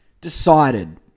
decided